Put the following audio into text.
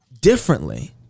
differently